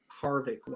Harvick